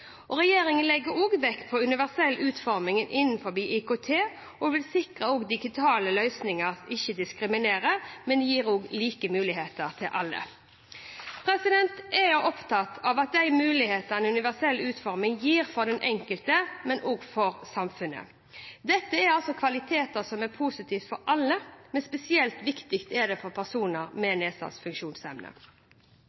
Regjeringen legger også vekt på universell utforming innenfor IKT, og vil sikre at digitale løsninger ikke diskriminerer, men gir like muligheter til alle. Jeg er opptatt av de mulighetene universell utforming gir for den enkelte, men også for samfunnet. Dette er kvaliteter som er positive for alle, men spesielt viktig er det for personer med